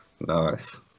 Nice